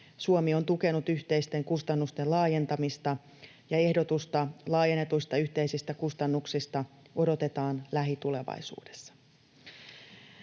Suomi on tukenut yhteisten kustannusten laajentamista, ja ehdotusta laajennetuista yhteisistä kustannuksista odotetaan lähitulevaisuudessa.